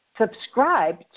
subscribe